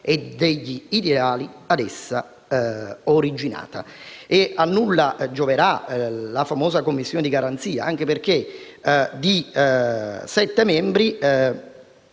e degli ideali da essa originati. A nulla gioverà la famosa commissione di garanzia, anche perché di sette membri